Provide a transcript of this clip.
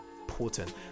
important